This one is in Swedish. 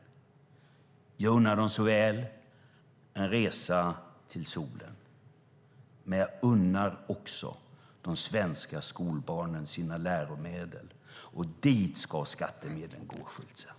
Jag unnar dem så väl en resa till solen, men jag unnar också svenska skolbarn läromedel. Dit ska skattemedlen gå, Schulte!